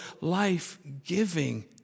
life-giving